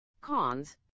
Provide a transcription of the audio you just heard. Cons